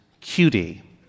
cutie